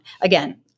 Again